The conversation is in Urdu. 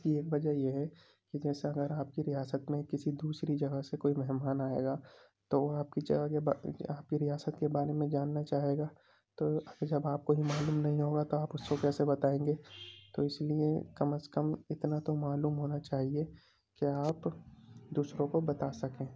اس کی ایک وجہ یہ ہے کہ جیسا اگر آپ کی ریاست میں کسی دوسری جگہ سے کوئی مہمان آئے گا تو وہ آپ کی جگہ کے با آپ کی ریاست کے بارے میں جاننا چاہے گا تو جب آپ کو جب معلوم نہیں ہوگا آپ اس کو کیسے بتائیں گے تو اس لیے کم از کم اتنا تو معلوم ہونا چاہیے کہ آپ دوسروں کو بتا سکیں